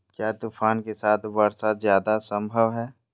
क्या तूफ़ान के साथ वर्षा जायदा संभव है?